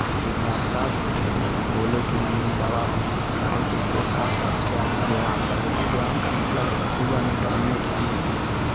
के साथ साथ बोले कि नहीं दवा भी करो तो उसके साथ साथ क्या है कि व्यायाम करो जैसे व्यायाम का मतलब है कि सुबह में टहलने के लिये